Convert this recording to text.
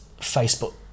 Facebook